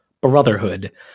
brotherhood